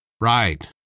Right